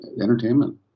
entertainment